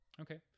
Okay